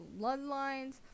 Bloodlines